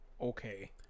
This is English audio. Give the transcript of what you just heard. Okay